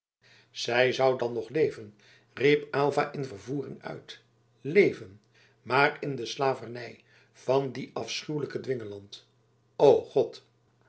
zij zou dan nog leven riep aylva in vervoering uit leven maar in de slavernij van dien afschuwelijken dwingeland o god